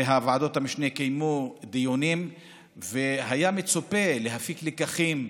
ועדות המשנה קיימו דיונים והיה מצופה שיופקו לקחים,